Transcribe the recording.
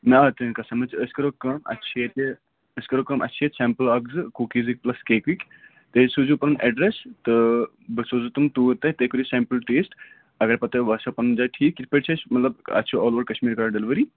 مےٚ آے تُہٕنٛدۍ کَتھ سَمٕج أسۍ کرو کٲم اَسہِ چھِ ییٚتہِ أسۍ کرو کٲم اَسہِ چھِ ییٚتہِ سٮ۪مپٕل اَکھ زٕ کُکیٖزٕکۍ پٕلَس کیکٕکۍ بیٚیہِ سوٗزِو پَنُن اٮ۪ڈرٮ۪س تہٕ بہٕ سوزو تِم توٗرۍ تۄہہِ تُہۍ کٔرِو سٮ۪مپٕل ٹیسٹ اگر پتہٕ تۄہہِ باسیو پنٛنہِ جاے ٹھیٖک کِتھ پٲٹھۍ چھِ اَسہِ مطلب اَسہِ چھُ آل اوٚوَر کشمیٖر کران ڈِلؤری